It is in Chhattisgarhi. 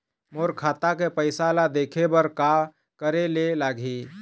मोर खाता के पैसा ला देखे बर का करे ले लागही?